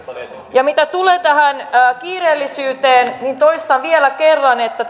ja mitä tulee tähän kiireellisyyteen niin toistan vielä kerran että